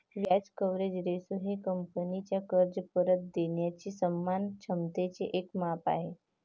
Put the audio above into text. व्याज coverage ratio हे कंपनीचा कर्ज परत देणाऱ्या सन्मान क्षमतेचे एक माप आहे